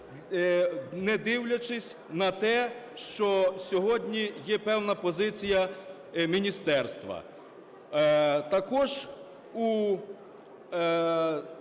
не дивлячись на те, що сьогодні є певна позиція міністерства. Також